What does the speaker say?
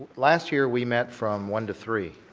last year we met from one to three